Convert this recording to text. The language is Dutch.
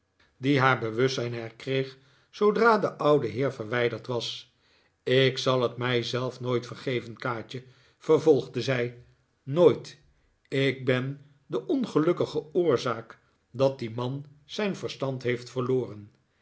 die haar bewustzijn herkreeg zoodra de oude heer verwijderd was ik zal het mij zelf nooit verge ven kaatje vervolgde zij nooit ik ben de ongelukkige oorzaak dat die man zijn verstand heeft verloren